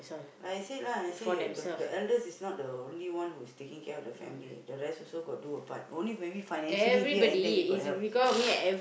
like I said lah I say the eldest is not only one who is taking care of the family the rest also got do a part only maybe financially here and there you got help